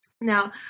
Now